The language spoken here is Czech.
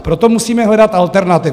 Proto musíme hledat alternativu.